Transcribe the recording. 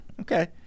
Okay